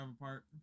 apart